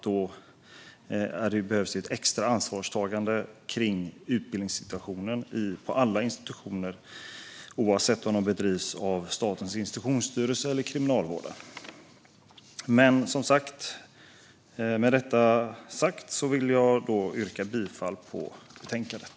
Då behövs ett extra ansvarstagande för utbildningssituationen på alla institutioner, oavsett om de drivs av Statens institutionsstyrelse eller av Kriminalvården. Vård av unga vid Statens institutions-styrelses särskilda ungdomshem Med detta sagt yrkar jag bifall till förslaget.